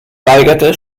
weigerte